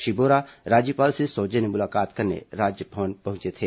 श्री बोरा राज्यपाल से सौजन्य मुलाकात करने राजभवन पहुंचे थे